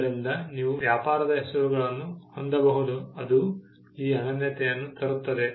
ಆದ್ದರಿಂದ ನೀವು ವ್ಯಾಪಾರದ ಹೆಸರುಗಳನ್ನು ಹೊಂದಬಹುದು ಅದು ಈ ಅನನ್ಯತೆಯನ್ನು ತರುತ್ತದೆ